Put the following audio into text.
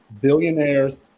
billionaires